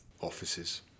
offices